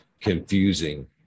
confusing